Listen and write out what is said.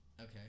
Okay